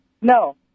No